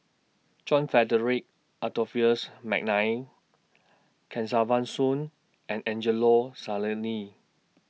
John Frederick Adolphus Mcnair Kesavan Soon and Angelo Sanelli